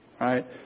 right